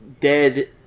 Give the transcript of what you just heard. dead